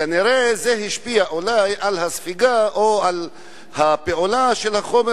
כנראה זה השפיע על הספיגה או על הפעולה של החומר